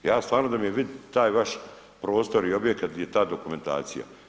Ja stvarno, da mi je vidit taj vaš prostor i objekat gdje je ta dokumentacija.